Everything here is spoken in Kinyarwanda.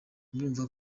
murumva